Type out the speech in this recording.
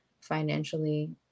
financially